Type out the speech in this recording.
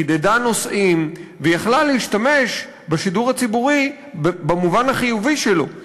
חידדה נושאים ויכלה להשתמש בשידור הציבורי במובן החיובי שלו,